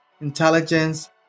intelligence